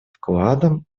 вкладом